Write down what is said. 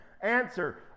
Answer